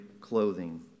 clothing